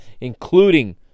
including